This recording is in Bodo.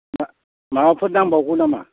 माबाफोर नांबावगौ नामा